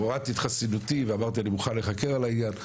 הורדתי את חסינותי ואמרתי אני מוכן להיחקר על העניין.